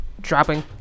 dropping